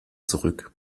zurück